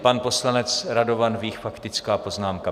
Pan poslanec Radovan Vích faktická poznámka.